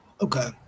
Okay